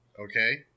Okay